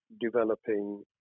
developing